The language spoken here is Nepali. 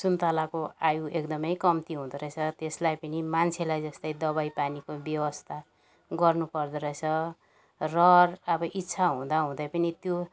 सुन्तलाको आयु एकदमै कम्ती हुँदो रहेछ त्यसलाई पनि मान्छेलाई जस्तै दबाई पानीको व्यवस्था गर्नु पर्दो रहेछ रहर अब इच्छा हुँदा हुँदै पनि त्यो